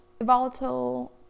volatile